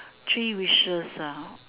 three wishes ah